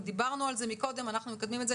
דיברנו על זה מקודם ואנחנו מקדמים את זה